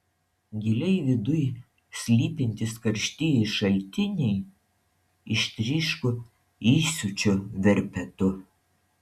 giliai viduj slypintys karštieji šaltiniai ištryško įsiūčio verpetu